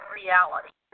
reality